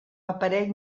aparell